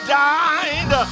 died